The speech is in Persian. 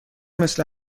مثل